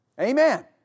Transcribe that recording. Amen